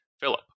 Philip